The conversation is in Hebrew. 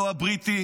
לא הבריטי